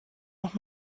noch